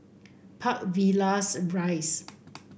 Park Villas Rise